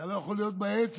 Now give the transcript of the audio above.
אתה לא יכול להיות על העץ,